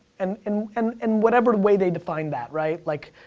and in and in whatever way they define that, right? like,